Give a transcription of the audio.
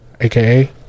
AKA